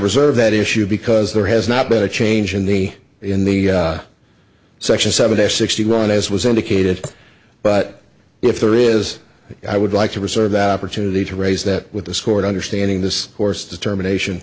reserve that issue because there has not been a change in the in the section seven s sixty run as was indicated but if there is i would like to reserve that opportunity to raise that with the scored understanding this horse determination